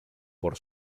por